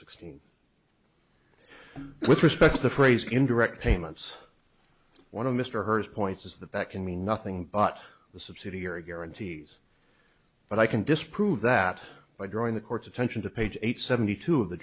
sixteen with respect to the phrase in direct payments one of mr hurst points is that that can mean nothing but the subsidiary guarantees but i can disprove that by drawing the court's attention to page eight seventy two of the